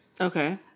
Okay